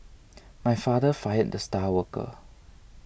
my father fired the star worker